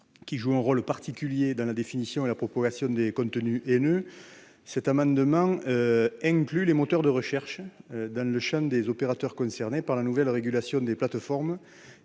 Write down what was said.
jouant un rôle particulier dans la diffusion et la propagation des contenus haineux, le présent amendement tend à inclure les moteurs de recherche dans le champ des opérateurs concernés par la nouvelle régulation des plateformes,